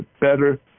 better